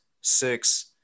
six